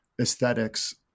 aesthetics